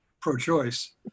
pro-choice